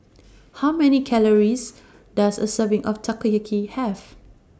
How Many Calories Does A Serving of Takoyaki Have